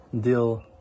deal